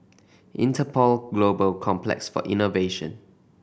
Interpol Global Complex for Innovation